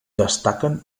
destaquen